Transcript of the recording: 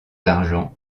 argent